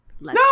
no